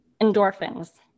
endorphins